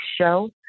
show